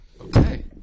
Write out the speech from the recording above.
Okay